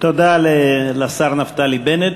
תודה לשר נפתלי בנט,